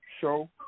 show